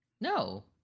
No